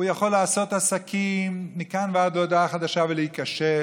הוא יכול לעשות עסקים מכאן ועד הודעה חדשה ולהיכשל,